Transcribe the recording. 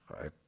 right